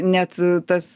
net tas